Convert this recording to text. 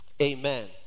Amen